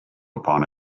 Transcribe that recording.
upon